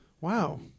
Wow